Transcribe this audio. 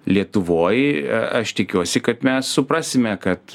lietuvoj aš tikiuosi kad mes suprasime kad